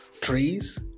trees